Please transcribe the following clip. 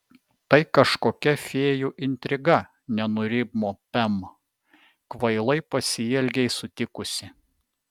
tai kažkokia fėjų intriga nenurimo pem kvailai pasielgei sutikusi